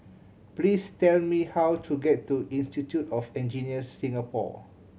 please tell me how to get to Institute of Engineers Singapore